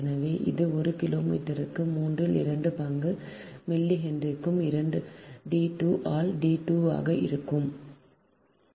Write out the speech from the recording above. எனவே இது ஒரு கிலோமீட்டருக்கு மூன்றில் இரண்டு பங்கு மில்லிஹென்ரிக்கு d2 ஆல் d2 ஆக இருக்கும்